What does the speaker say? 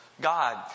God